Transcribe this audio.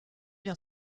bien